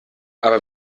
aber